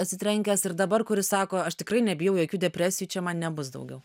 atsitrenkęs ir dabar kuris sako aš tikrai nebijau jokių depresijų čia man nebus daugiau